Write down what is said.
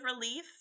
relief